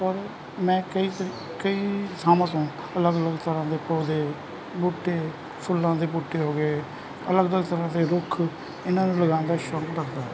ਔਰ ਮੈਂ ਕਈ ਤਰ ਕਈ ਥਾਵਾਂ ਤੋਂ ਅਲੱਗ ਅਲੱਗ ਤਰ੍ਹਾਂ ਦੇ ਪੌਦੇ ਬੂਟੇ ਫੁੱਲਾਂ ਦੇ ਬੂਟੇ ਹੋ ਗਏ ਅਲੱਗ ਅਲੱਗ ਤਰ੍ਹਾਂ ਦੇ ਰੁੱਖ ਇਹਨਾਂ ਨੂੰ ਲਗਾਉਣ ਦਾ ਸ਼ੌਂਕ ਰੱਖਦਾ ਹਾਂ